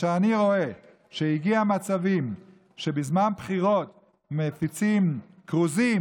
אני רואה שהיו מצבים שבהם בזמן בחירות מפיצים כרוזים